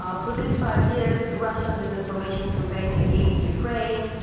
ah for this five years, russian disinformation campaign against ukraine,